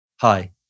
Hi